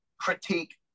critique